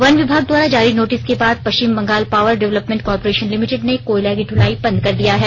one विभाग द्वारा जारी नोटिस के बाद Paschim Bangal power development corporation limited ने कोयला की ढुलाई बंद कर दिया है